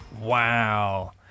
Wow